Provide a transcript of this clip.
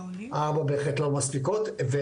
ארבע בהחלט לא מספיקות.